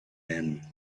end